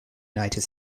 united